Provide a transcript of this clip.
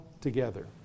together